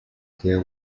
deal